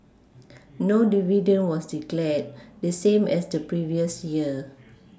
no dividend was declared the same as the previous year